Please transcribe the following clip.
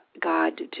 God